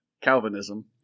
Calvinism